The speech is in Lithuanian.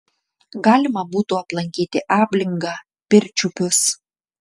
galima būtų aplankyti ablingą pirčiupius